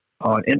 on